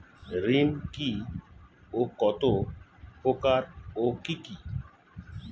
ঋণ কি ও কত প্রকার ও কি কি?